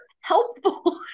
helpful